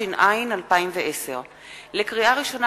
התש"ע 2010. לקריאה ראשונה,